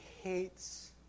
hates